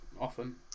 often